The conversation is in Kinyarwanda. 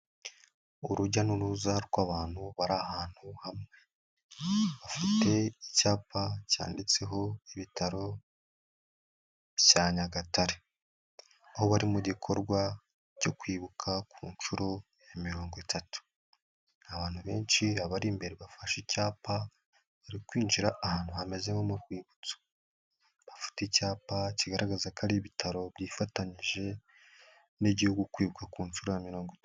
Urujya n'uruza rw'abantu bari ahantu hamwe. Bafite icyapa cyanditse ho ibitaro bya Nyagatare. Aho bari mu gikorwa cyo kwibuka ku nshuro ya mirongo itatu. Abantu benshi abari imbere bafashe icyapa, bari kwinjira ahantu hameze nko mu rwibutso. Bafite icyapa kigaragaza ko ari ibitaro byifatanyije n'Igihugu kwibuka ku inshuro ya mirongo itatu.